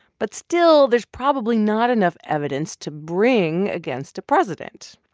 but still, there's probably not enough evidence to bring against a president.